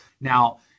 Now